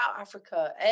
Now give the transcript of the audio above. Africa